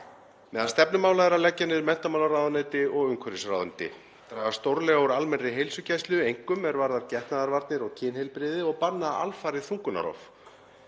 Meðal stefnumála er að leggja niður menntamálaráðuneyti og umhverfisráðuneyti, draga stórlega úr almennri heilsugæslu, einkum er varðar getnaðarvarnir og kynheilbrigði, og banna alfarið þungunarrof,